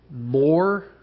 more